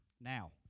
now